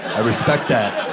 i respect that.